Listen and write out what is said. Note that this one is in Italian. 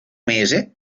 mese